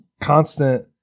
constant